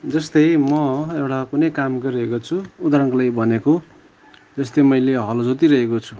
जस्तै म एउटा कुनै काम गरिरहेको छु उदारणको लागि भनेको जस्तै मैले हलो जोतिरहेको छु